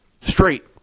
straight